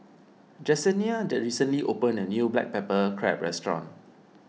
Jessenia recently opened a new Black Pepper Crab restaurant